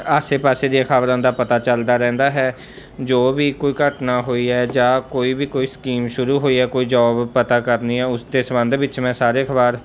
ਆਸ ਪਾਸ ਦੀਆਂ ਖ਼ਬਰਾਂ ਦਾ ਪਤਾ ਚੱਲਦਾ ਰਹਿੰਦਾ ਹੈ ਜੋ ਵੀ ਕੋਈ ਘਟਨਾ ਹੋਈ ਹੈ ਜਾਂ ਕੋਈ ਵੀ ਕੋਈ ਸਕੀਮ ਸ਼ੁਰੂ ਹੋਈ ਆ ਕੋਈ ਜੋਬ ਪਤਾ ਕਰਨੀ ਆ ਉਸ ਦੇ ਸੰਬੰਧ ਵਿੱਚ ਮੈਂ ਸਾਰੇ ਅਖ਼ਬਾਰ